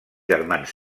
germans